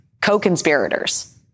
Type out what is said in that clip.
co-conspirators